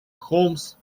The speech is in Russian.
хомс